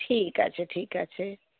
ঠিক আছে ঠিক আছে